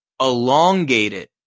elongated